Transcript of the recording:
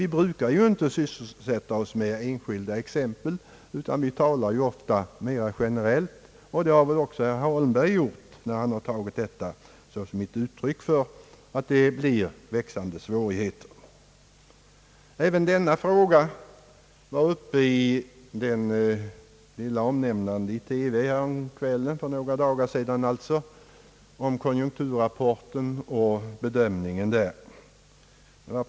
Vi brukar ju dock inte sysselsätta oss med enskilda exempel, utan vi talar ofta mera generellt. Så har väl också herr Holmberg gjort, när han har tagit detta såsom ett uttryck för att det kommer att bli växande svårigheter. Även denna fråga var uppe vid det lilla omnämnandet i TV härom kvällen om konjunkturrapporten och bedömningen därav.